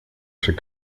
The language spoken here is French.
chez